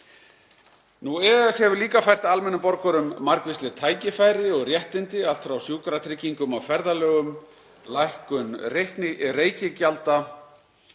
er. EES hefur líka fært almennum borgurum margvísleg tækifæri og réttindi allt frá sjúkratryggingum á ferðalögum, lækkun reikigjalda